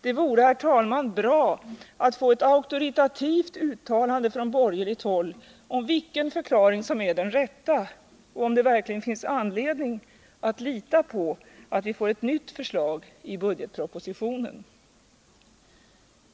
Det vore bra att få ett auktoritativt uttalande från borgerligt håll om vilken förklaring som är den rätta och om det verkligen finns anledning att lita på att vi får ett nytt förslag i budgetpropositionen.